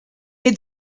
had